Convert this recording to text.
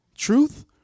Truth